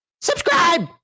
subscribe